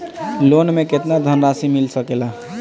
Loan मे केतना धनराशी मिल सकेला?